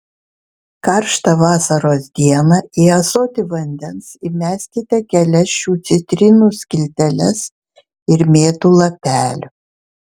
karštą vasaros dieną į ąsotį vandens įmeskite kelias šių citrinų skilteles ir mėtų lapelių